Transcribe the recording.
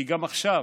כי גם עכשיו